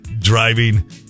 driving